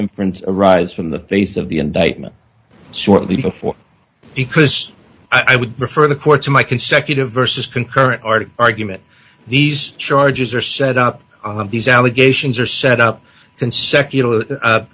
imprint arise from the face of the indictment shortly before because i would prefer the court to my consecutive versus concurrent art argument these charges are set up these allegations are set up consecutive